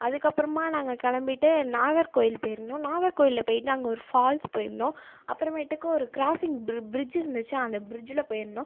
அதுக்கப்புறமா நாங்கள் கிளம்பிட்டு நாகர்கோயில் போயிருந்தோம் நாகர்கோயிலில் போயிட்டு அங்கே ஒரு ஃபால்ஸ் போயிருந்தோம் அப்புறமேட்டுக்கு ஒரு க்ராஸிங் ப்ரி ப்ரிட்ஜ் இருந்துச்சு அந்த ஃப்ரிட்ஜில் போயிருந்தோம்